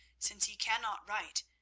since he cannot write,